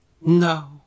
No